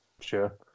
Sure